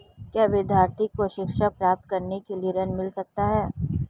क्या विद्यार्थी को शिक्षा प्राप्त करने के लिए ऋण मिल सकता है?